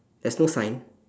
there's no sign